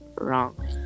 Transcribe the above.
wrong